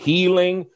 Healing